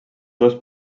dos